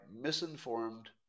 misinformed